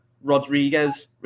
Rodriguez